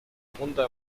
punta